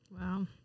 Wow